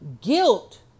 guilt